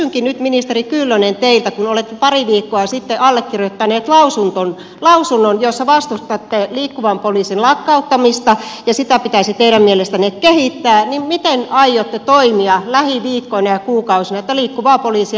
kysynkin nyt ministeri kyllönen teiltä kun olette pari viikkoa sitten allekirjoittanut lausunnon jossa vastustatte liikkuvan poliisin lakkauttamista ja liikkuvaa poliisia pitäisi teidän mielestänne kehittää miten aiotte toimia lähiviikkoina ja kuukausina että liikkuvaa poliisia ei lakkauteta